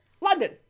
London